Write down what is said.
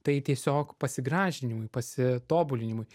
tai tiesiog pasigražinimui pasitobulinimui